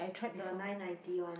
the nine ninety one